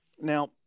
now